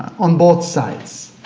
on both sides.